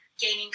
gaining